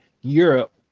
Europe